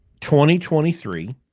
2023